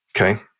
okay